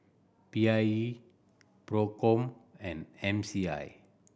P I E Procom and M C I